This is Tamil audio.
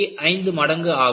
5 மடங்கு ஆகும்